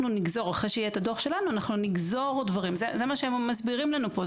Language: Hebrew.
אחרי שיהיה הדוח שלנו אנחנו נגזור דברים זה מה שהם מסבירים לנו פה.